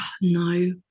no